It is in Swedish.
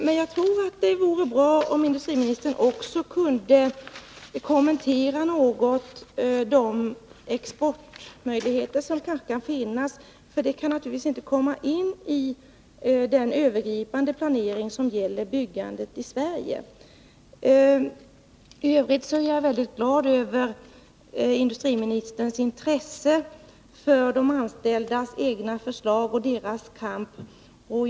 Det skulle dock vara bra om industriministern något kunde kommentera de exportmöjligheter som kanske föreligger — den frågan kommer ju knappast att beröras i samband med den övergripande planeringen av byggandet i Sverige. I övrigt är jag mycket glad över industriministerns intresse för de anställdas kamp och för deras egna förslag.